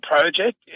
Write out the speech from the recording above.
project